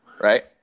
right